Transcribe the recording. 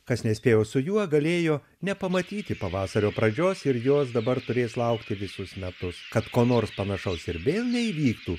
kas nespėjo su juo galėjo nepamatyti pavasario pradžios ir jos dabar turės laukti visus metus kad ko nors panašaus ir vėl neįvyktų